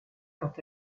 quant